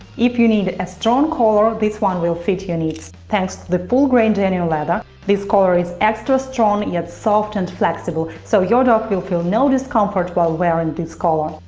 if you need a strong collar, this one will fit your needs. thanks to the full grain genuine and and leather, this collar is extra strong yet soft and flexible, so your dog will feel no discomfort while wearing this collar.